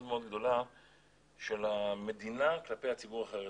מאוד גדולה של המדינה כלפי הציבור החרדי.